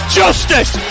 justice